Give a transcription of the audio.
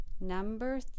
Number